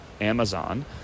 Amazon